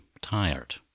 tired